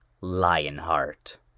Lionheart